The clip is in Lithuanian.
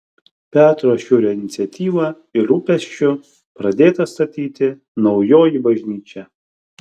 petro šiurio iniciatyva ir rūpesčiu pradėta statyti naujoji bažnyčia